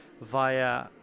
via